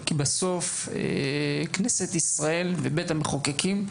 כי בסוף כנסת ישראל ובית המחוקקים,